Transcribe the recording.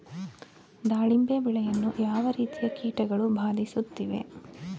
ದಾಳಿಂಬೆ ಬೆಳೆಯನ್ನು ಯಾವ ರೀತಿಯ ಕೀಟಗಳು ಬಾಧಿಸುತ್ತಿವೆ?